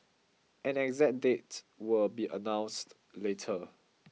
an exact date will be announced later